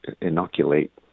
inoculate